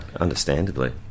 understandably